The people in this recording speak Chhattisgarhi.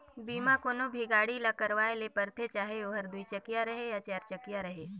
बीमा कोनो भी गाड़ी के करवाये ले परथे चाहे ओहर दुई चकिया रहें या चार चकिया रहें